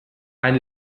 ein